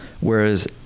whereas